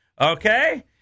Okay